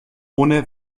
ohne